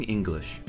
English